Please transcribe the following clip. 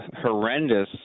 horrendous